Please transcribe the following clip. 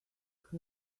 stick